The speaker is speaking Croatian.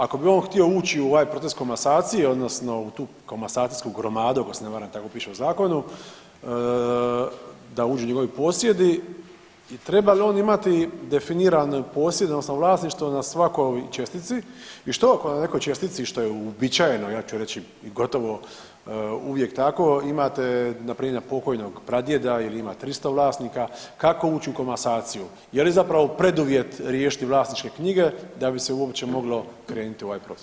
Ako bi on htio ući u ovaj proces komasacije odnosno u tu komasacijsku gromadu ako se ne varam tako piše u zakonu da uđu njegovi posjedi i treba li on imati definirani posjed odnosno vlasništvo na svakoj čestici i što ako na nekoj čestici što je uobičajeno ja ću reći i gotovo uvijek tako imate npr. na pokojnog pradjeda ili ima 300 vlasnika, kako uć u komasaciju, je li zapravo preduvjet riješiti vlasničke knjige da bi se uopće moglo krenuti u ovaj proces?